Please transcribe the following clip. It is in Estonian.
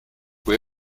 kui